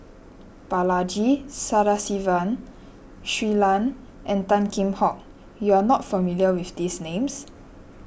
Balaji Sadasivan Shui Lan and Tan Kheam Hock you are not familiar with these names